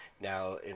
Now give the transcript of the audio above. Now